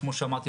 שכמו שאמרתי,